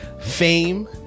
fame